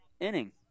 inning